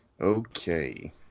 Okay